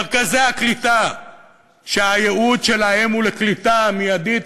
מרכזי הקליטה שהייעוד שלהם הוא לקליטה מיידית,